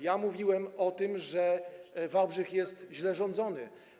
Ja mówiłem o tym, że Wałbrzych jest źle rządzony.